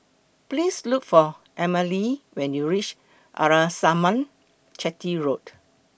Please Look For Emmalee when YOU REACH Arnasalam Chetty Road